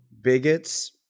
bigots